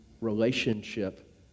relationship